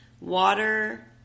water